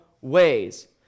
ways